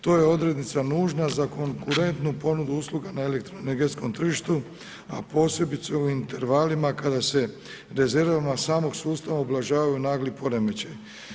To je odrednica nužna za konkurentnu ponudu usluga na elektroenergetskom tržištu, a posebice u intervalima kada se ... samog sustava ublažavaju nagli poremećaji.